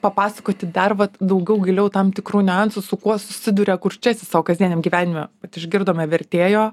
papasakoti dar vat daugiau giliau tam tikrų niuansų su kuo susiduria kurčiasis savo kasdieniam gyvenime išgirdome vertėjo